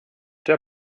der